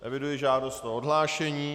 Eviduji žádost o odhlášení.